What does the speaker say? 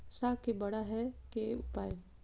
साग के बड़ा है के उपाय?